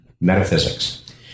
metaphysics